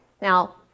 Now